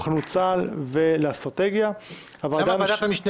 ועדת המשנה למוכנות צה"ל וועדת המשנה לאסטרטגיה.